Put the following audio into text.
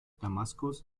damaskus